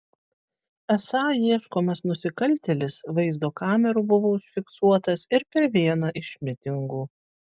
esą ieškomas nusikaltėlis vaizdo kamerų buvo užfiksuotas ir per vieną iš mitingų